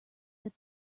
that